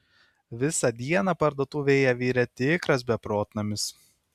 visą dieną parduotuvėje virė tikras beprotnamis